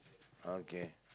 okay